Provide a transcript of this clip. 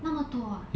那么多啊